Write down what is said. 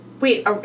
Wait